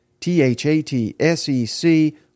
T-H-A-T-S-E-C